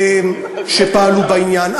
שפעלו בעניין,